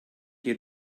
you